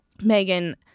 Megan